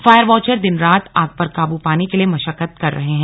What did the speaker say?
fire watcher दिन रात आग पर काबू पाने के लिए मशक्कत कर रहे हैं